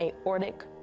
aortic